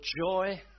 joy